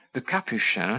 the capuchin,